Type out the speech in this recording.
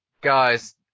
guys